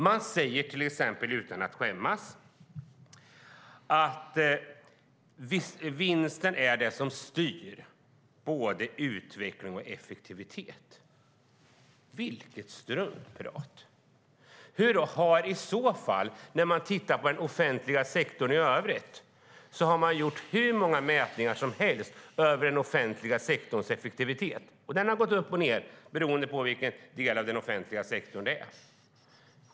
Man säger till exempel utan att skämmas att vinsten är det som styr både utveckling och effektivitet. Vilket struntprat! När man tittar på den offentliga sektorn i övrigt har hur många mätningar som helst över den offentliga sektorns effektivitet gjorts, och den har gått upp och ned beroende på vilken del av den offentliga sektorn som det handlar om.